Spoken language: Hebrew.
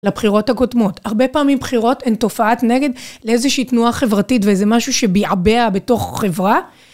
לבחירות הקודמות, הרבה פעמים בחירות הן תופעת נגד לאיזושהי תנועה חברתית ואיזה משהו שביעבע בתוך חברה.